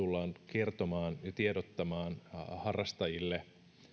kertomaan ja tiedottamaan harrastajille